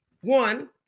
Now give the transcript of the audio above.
one